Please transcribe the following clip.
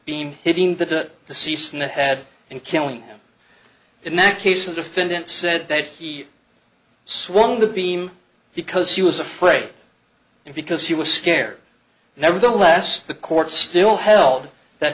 beam hitting the deceased in the head and killing in that case the defendant said that he swung the beam because he was afraid and because he was scared nevertheless the court still held that